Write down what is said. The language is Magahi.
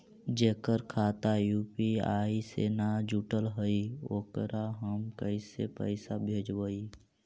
जेकर खाता यु.पी.आई से न जुटल हइ ओकरा हम पैसा कैसे भेजबइ?